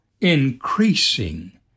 increasing